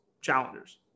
challengers